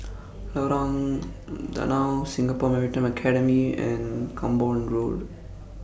Lorong Danau Singapore Maritime Academy and Camborne Road